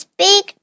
big